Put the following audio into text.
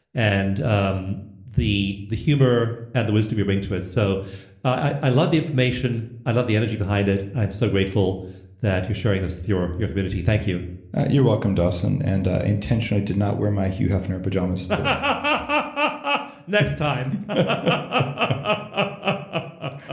and um the the humor and the wisdom you bring to it. so i i love the information. i love the energy behind it. i'm so grateful that you're sharing this with your your community. thank you you're welcome, dawson. and intentionally did not wear my hugh hefner pajamas today but next time ah